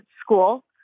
school